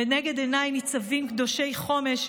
לנגד עיניי ניצבים קדושי חומש,